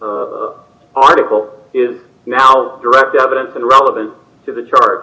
of article is now direct evidence and relevant to the chart